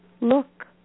Look